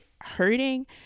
hurting